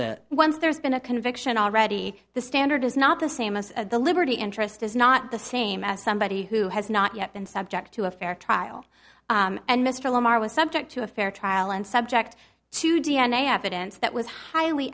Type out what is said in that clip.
a once there's been a conviction already the standard is not the same as the liberty interest is not the same as somebody who has not yet been subject to a fair trial and mr lamar was subject to a fair trial and subject to d n a evidence that was highly